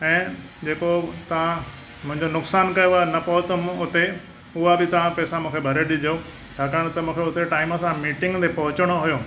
ऐं जेको तव्हां मुंहिंजो नुक़सानु कयो आहे न पहुतमि हुते उआ बि तव्हां पैसा मूंखे भरे ॾिजो छाकाणि त मूंखे हुते टाइम सां मीटींग ते पहुचणो होयो